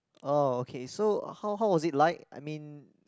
oh okay so how how was it like I mean